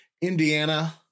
Indiana